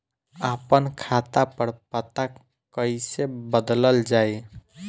आपन खाता पर पता कईसे बदलल जाई?